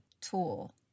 tool